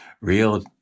real